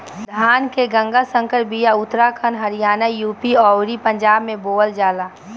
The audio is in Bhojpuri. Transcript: धान के गंगा संकर बिया उत्तराखंड हरियाणा, यू.पी अउरी पंजाब में बोअल जाला